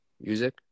music